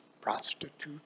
prostitute